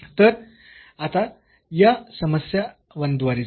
तर आता या समस्या 1 द्वारे जाऊ